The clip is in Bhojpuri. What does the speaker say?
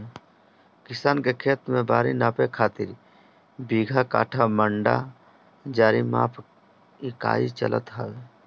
किसान के खेत बारी नापे खातिर बीघा, कठ्ठा, मंडा, जरी माप इकाई चलत हवे